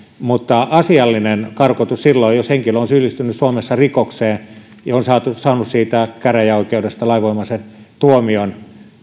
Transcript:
asiallista karkotusta silloin jos henkilö on syyllistynyt suomessa rikokseen ja on saanut siitä käräjäoikeudesta lainvoimaisen tuomion